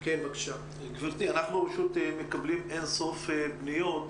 מבחינתי אין בעיה.